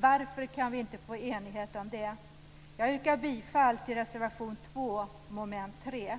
Varför kan vi inte få enighet om det? Jag yrkar bifall till reservation 2 under mom. 3.